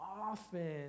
often